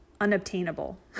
unobtainable